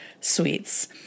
sweets